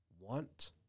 want